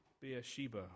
Beersheba